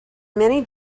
many